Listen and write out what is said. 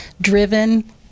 driven